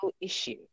issue